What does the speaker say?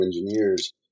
Engineers